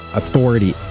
authority